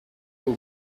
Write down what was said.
will